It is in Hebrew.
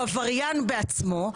הוא עבריין בעצמו.